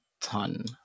ton